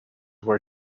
were